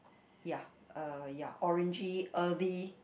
ya uh ya orangey earthy